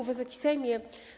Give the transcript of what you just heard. Wysoki Sejmie!